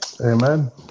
amen